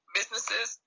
businesses